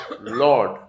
Lord